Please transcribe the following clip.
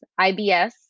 IBS